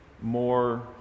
more